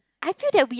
I feel that we